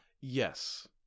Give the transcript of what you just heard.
Yes